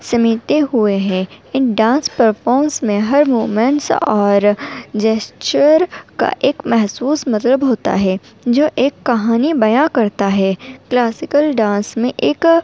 سمیٹے ہوئے ہے ان ڈانس پرفورمنس میں ہر موومنٹس اور جسچور کا ایک محسوس مطلب ہوتا ہے جو ایک کہانی بیاں کرتا ہے کلاسیکل ڈانس میں ایک